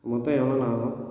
மொத்தம் எவ்வளோண்ணா ஆகும்